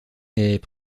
est